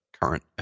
current